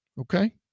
Okay